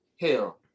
hell